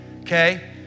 okay